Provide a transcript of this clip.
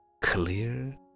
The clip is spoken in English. clear